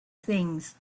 things